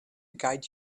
guide